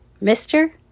Mister